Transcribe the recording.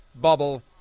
bubble